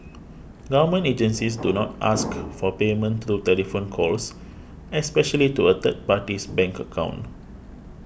government agencies do not ask for payment through telephone calls especially to a third party's bank account